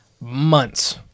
months